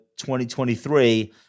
2023